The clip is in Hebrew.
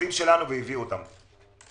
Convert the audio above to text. המטוסים שלנו הביאו אותם.